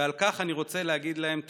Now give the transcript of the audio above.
ועל כך אני רוצה להגיד להם תודה.